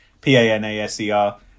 P-A-N-A-S-E-R